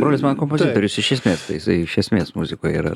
brolis mano kompozitorius iš esmės tai jisai iš esmės muzikoj yra